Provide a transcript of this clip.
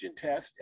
test